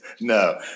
No